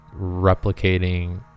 replicating